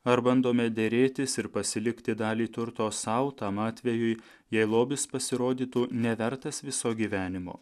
ar bandome derėtis ir pasilikti dalį turto sau tam atvejui jei lobis pasirodytų nevertas viso gyvenimo